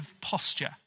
posture